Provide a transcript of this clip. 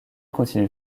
continue